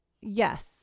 Yes